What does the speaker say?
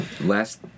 Last